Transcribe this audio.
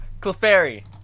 Clefairy